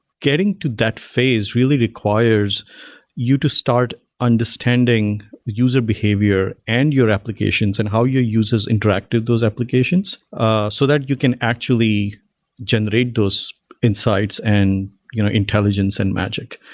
getting to that phase really requires you to start understanding user behavior and your applications and how your users interact to those applications applications ah so that you can actually generate those insights and you know intelligence and magic.